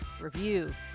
review